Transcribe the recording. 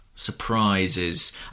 surprises